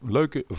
Leuke